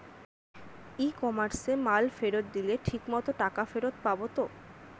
ই কমার্সে মাল ফেরত দিলে ঠিক মতো টাকা ফেরত পাব তো?